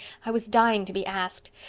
i was dying to be asked.